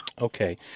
Okay